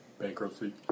Bankruptcy